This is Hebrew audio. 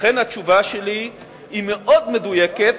לכן התשובה שלי היא מאוד מדויקת,